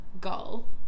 goal